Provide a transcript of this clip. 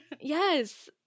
Yes